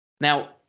Now